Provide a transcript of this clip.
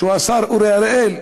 שהוא השר אורי אריאל.